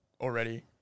already